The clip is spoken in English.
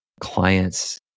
clients